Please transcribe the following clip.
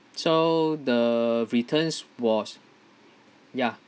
so the returns was ya